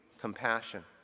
compassion